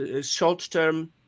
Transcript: short-term